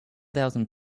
thousand